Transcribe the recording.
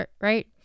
right